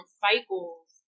cycles